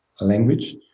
language